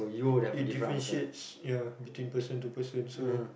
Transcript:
it it differentiates ya between person to person so